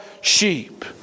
sheep